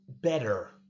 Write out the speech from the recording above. better